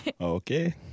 Okay